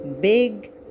big